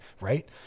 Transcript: right